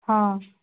ହଁ